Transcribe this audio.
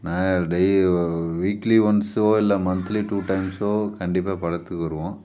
நான் டெய்லி ஒரு வீக்லி ஒன்ஸோ இல்லை மந்த்லி டூ டைம்ஸோ கண்டிப்பாக படத்துக்கு வருவோம்